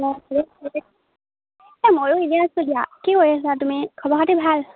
এই মইয়ো ইনেই আছো দিয়া কি কৰি আছা তুমি খবৰ খাতি ভাল